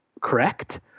correct